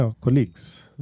colleagues